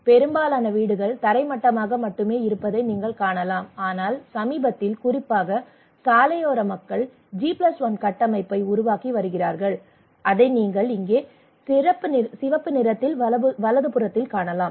பெரும்பாலான வீடுகள் தரைமட்டமாக மட்டுமே இருப்பதை நீங்கள் காணலாம் ஆனால் சமீபத்தில் குறிப்பாக சாலையோர மக்கள் ஜி 1 கட்டமைப்பை உருவாக்கி வருகிறார்கள் அதை நீங்கள் இங்கே சிவப்பு நிறத்தில் வலதுபுறத்தில் காணலாம்